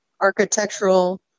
architectural